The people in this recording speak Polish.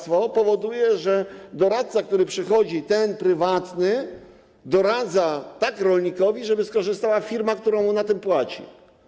To powoduje, że doradca, który przychodzi, ten prywatny, doradza rolnikowi tak, żeby skorzystała firma, która mu za to płaci.